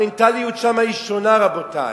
המנטליות שם היא שונה, רבותי.